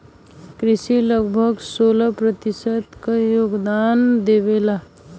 कृषि लगभग सोलह प्रतिशत क योगदान देवेला